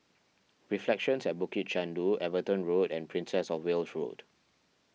Reflections at Bukit Chandu Everton Road and Princess of Wales Road